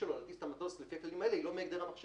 שלו להטיס את המטוס לפי הכללים האלה היא לא מהגדר המכשירים,